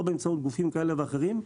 לא באמצעות גופים כאלה ואחרים,